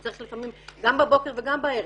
וצריך לפעמים גם בבוקר וגם בערב.